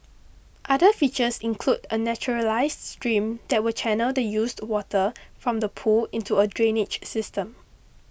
other features include a naturalised stream that will channel the used water from the pool into a drainage system